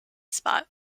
spot